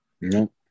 No